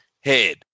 head